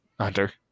Hunter